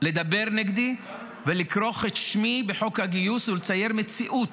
לדבר נגדי ולכרוך את שמי בחוק הגיוס ולצייר מציאות